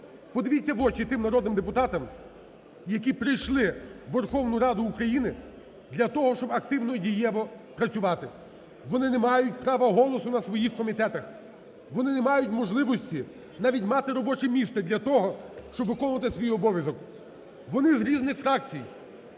подивіться в очі тим народним депутатам, які прийшли у Верховну Раду України для того, щоб активно і дієво працювати. Вони не мають права голосу на своєї комітетах, вони не мають можливості навіть мати робоче місце для того, щоб виконувати свій обов'язок. Вони з різних фракцій